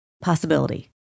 possibility